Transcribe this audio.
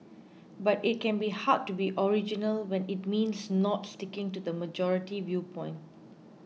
but it can be hard to be original when it means not sticking to the majority viewpoint